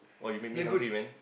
!wah! you make me hungry man